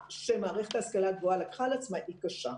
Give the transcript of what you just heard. שמערכת השכלה הגבוהה לקחה על עצמה היא קשה.